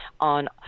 on